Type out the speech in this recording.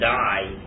die